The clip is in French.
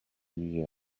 new